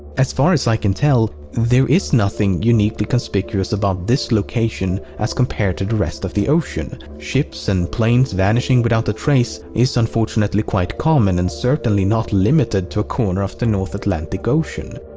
as far as i can tell, there is nothing uniquely conspicuous about this location as compared to the rest of the ocean. ships and planes vanishing without a trace is unfortunately quite common and certainly not limited to a corner of the north atlantic ocean.